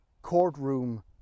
courtroom